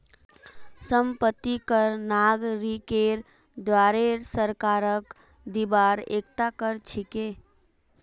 संपत्ति कर नागरिकेर द्वारे सरकारक दिबार एकता कर छिके